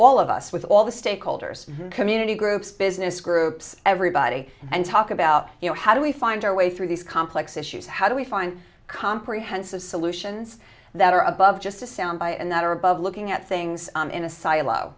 all of us with all the stakeholders community groups business groups everybody and talk about you know how do we find our way through these complex issues how do we find comprehensive solutions that are above just a sound and that are above looking at things in a silo